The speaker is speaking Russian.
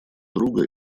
друга